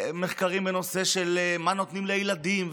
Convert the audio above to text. מחקרים בנושא של מה נותנים לילדים,